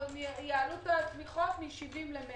הם יעלו את התמיכות מ-70 ל-100.